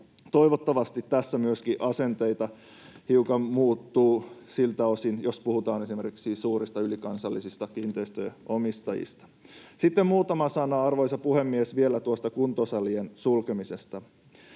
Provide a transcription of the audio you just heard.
Toivottavasti tässä myöskin asenteet hiukan muuttuvat siltä osin, jos siis puhutaan esimerkiksi suurista ylikansallisista kiinteistönomistajista. Sitten muutama sana, arvoisa puhemies, vielä tuosta kuntosalien sulkemisesta.